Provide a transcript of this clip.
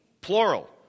Plural